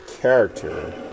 character